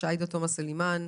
עאידה תומא סלימאן,